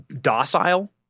docile